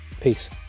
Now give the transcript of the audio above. Peace